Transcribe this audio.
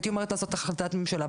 הייתי אומרת לעשות החלטת ממשלה,